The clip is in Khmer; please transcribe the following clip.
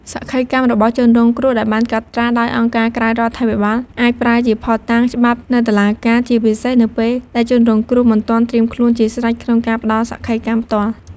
សក្ខីកម្មរបស់ជនរងគ្រោះដែលបានកត់ត្រាដោយអង្គការក្រៅរដ្ឋាភិបាលអាចប្រើជាភស្តុតាងច្បាប់នៅតុលាការ ជាពិសេសនៅពេលដែលជនរងគ្រោះមិនទាន់ត្រៀមខ្លួនជាស្រេចក្នុងការផ្ដល់សក្ខីកម្មផ្ទាល់។